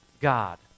God